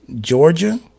Georgia